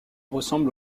ressemble